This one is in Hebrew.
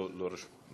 לא רשום.